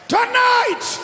Tonight